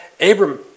Abram